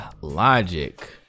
Logic